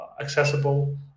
accessible